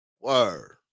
Word